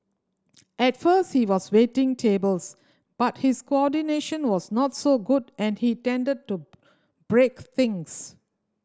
at first he was waiting tables but his coordination was not so good and he tended to break things